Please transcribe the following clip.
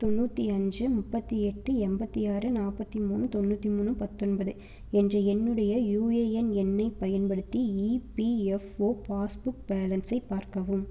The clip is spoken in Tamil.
தொண்ணூத்தஞ்சு முப்பத்தெட்டு எண்பத்தி ஆறு நாற்பத்தி மூணு தொண்ணூற்றி மூணு பத்தொன்பது என்ற என்னுடைய யுஏஎன் எண்ணைப் பயன்படுத்தி இபிஎஃப்ஓ பாஸ்புக் பேலன்ஸை பார்க்கவும்